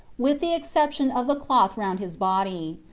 with the exception of the cloth round his body.